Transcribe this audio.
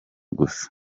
gusa